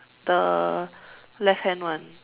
the left hand one